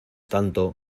tanto